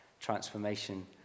transformation